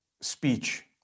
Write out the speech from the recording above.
speech